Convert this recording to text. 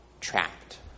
trapped